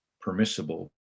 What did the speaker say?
permissible